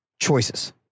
choices